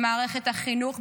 הפיכה במערכת החינוך,